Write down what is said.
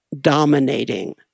dominating